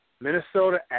Minnesota